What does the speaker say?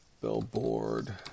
Billboard